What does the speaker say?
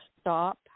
stop